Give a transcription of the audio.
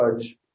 judge